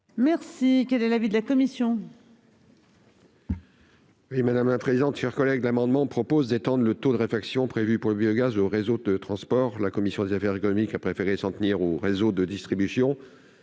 civil. Quel est l'avis de la commission